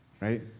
right